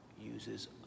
uses